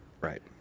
Right